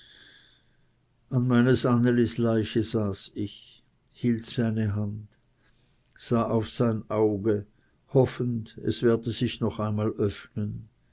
an meines annelis leiche saß ich hielt seine hand sah auf sein auge hoffend es werde noch einmal sich öffnen